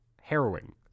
harrowing